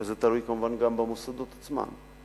וזה תלוי כמובן גם במוסדות עצמם,